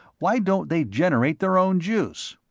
why don't they generate their own juice?